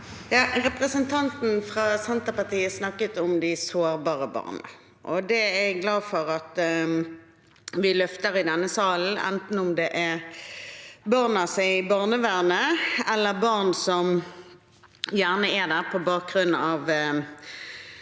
Representanten fra Senterpartiet snakket om de sårbare barna. Jeg er glad for at vi løfter det i denne salen, enten det er barn i barnevernet eller barn som er der på bakgrunn av